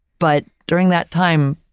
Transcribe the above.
but during that time,